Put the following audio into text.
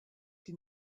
die